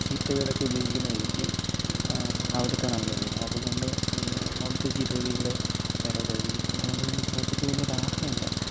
ചീത്ത വേടൊക്കെ ഉപയോഗിക്കുന്നതായിരിക്കും അവിടുത്തെ നല്ല വേഡ് അതുകൊണ്ട് ഈ അവിടുത്തെ ചീത്തവിളി ഇവിടെ വേറെ വല്ലതും ആയിരിക്കും അതുകൊണ്ട് തന്നെ ഇതിനെപ്പറ്റി വലിയ ധാരണയില്ല